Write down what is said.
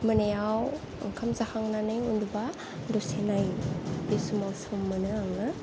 मोनायाव ओंखाम जाखांनानै उनदुबा दसे नायो बे समाव सम मोनो आङो